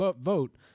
vote